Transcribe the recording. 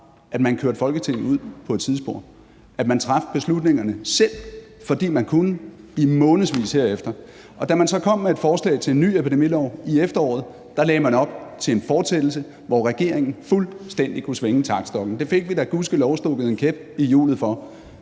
at man kørte Folketinget ud på et sidespor, og at man traf beslutningerne selv, fordi man kunne, i månedsvis herefter. Da man så kom med et forslag til en ny epidemilov i efteråret, lagde man op til en fortsættelse, hvor regeringen fuldstændig kunne svinge taktstokken. Det fik vi da gudskelov stukket en kæp i hjulet for.